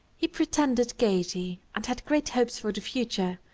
he pretended gayety and had great hopes for the future,